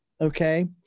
okay